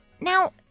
Now